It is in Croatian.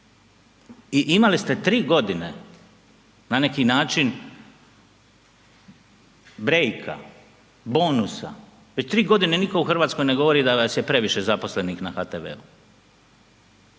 I imali ste 3 g. na neki način, breaka, bonusa, već 3 g. nitko u Hrvatskoj ne govori da vas je previše zaposlenih na HTV-u.